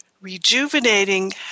rejuvenating